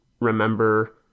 remember